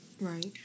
Right